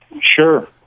Sure